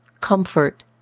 Comfort